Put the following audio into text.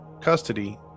custody